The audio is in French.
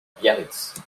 biarritz